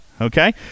okay